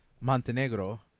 montenegro